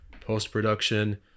post-production